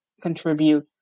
contribute